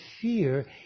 fear